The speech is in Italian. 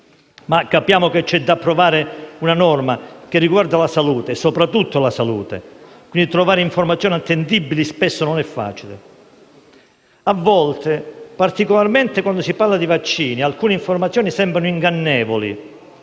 Capiamo però che c'è da approvare una norma che riguarda la salute, soprattutto la salute, e trovare informazioni attendibili spesso non è facile. A volte, particolarmente quando si parla di vaccini, alcune informazioni sembrano ingannevoli,